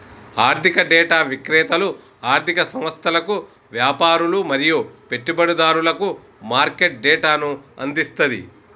ఆర్థిక డేటా విక్రేతలు ఆర్ధిక సంస్థలకు, వ్యాపారులు మరియు పెట్టుబడిదారులకు మార్కెట్ డేటాను అందిస్తది